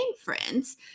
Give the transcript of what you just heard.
friends